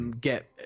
get